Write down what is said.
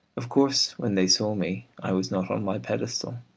of course when they saw me i was not on my pedestal,